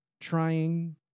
trying